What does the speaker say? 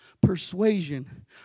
persuasion